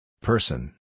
Person